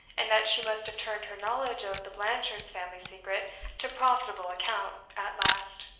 and that she must have turned her knowledge of the blanchards' family secret to profitable account at last.